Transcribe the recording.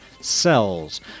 cells